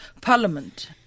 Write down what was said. Parliament